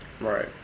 Right